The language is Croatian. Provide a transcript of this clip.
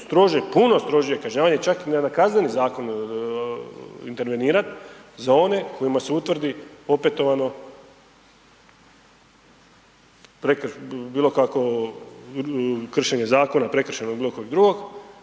puno strožije kažnjavanje, čak i na Kazneni zakon intervenirat za one kojima se utvrdi opetovano bilo kakvo kršenje zakona, prekršajnog ili bilo kojeg drugog,